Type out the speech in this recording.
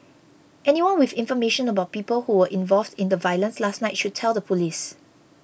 anyone with information about people who were involved in the violence last night should tell the police